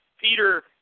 Peter